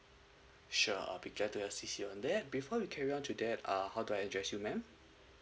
sure uh we glad to assist you um that before we carry on to that um how do I address you madam